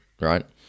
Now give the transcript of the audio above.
right